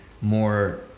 more